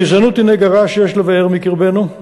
הגזענות היא נגע רע שיש לבער מקרבנו.